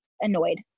annoyed